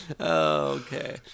Okay